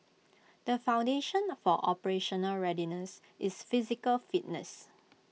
the foundation for operational readiness is physical fitness